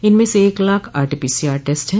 इनमें से एक लाख आरटीपीसीआर टेस्ट है